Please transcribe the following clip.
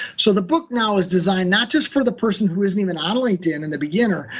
so the book now is designed not just for the person who isn't even on linkedin and the beginner.